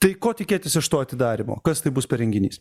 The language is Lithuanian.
tai ko tikėtis iš to atidarymo kas tai bus per renginys